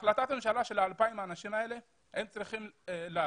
החלטת הממשלה לגבי 2,000 האנשים האלה היא שהם צריכים לעלות.